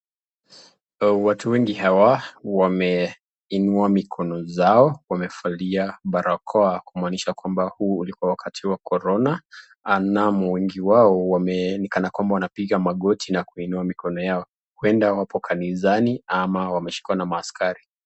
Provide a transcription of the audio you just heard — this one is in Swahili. Watu wengi hawa wameinua mikono zao. Wamevalia barakoa kumanisha kwamba huu ulikuwa wakati wa corona na wengi wao ni kana kwamba wanapiga makoti na kuinua mikono yao huenda wapo kanisani ama wameshikwa na maaskari.